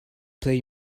play